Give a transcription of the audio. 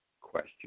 question